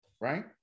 right